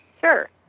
Sure